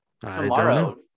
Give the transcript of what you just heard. Tomorrow